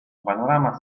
panorama